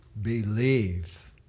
believe